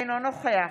אינו נוכח